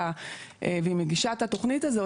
והיא מגישה את התכנית הזאת,